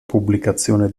pubblicazione